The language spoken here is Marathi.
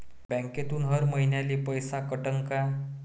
बँकेतून हर महिन्याले पैसा कटन का?